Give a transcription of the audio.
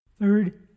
Third